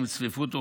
צפיפות אוכלוסין,